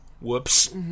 whoops